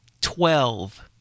Twelve